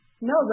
No